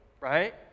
right